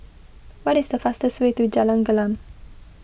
what is the fastest way to Jalan Gelam